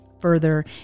further